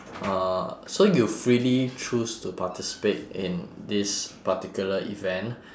uh so you freely choose to participate in this particular event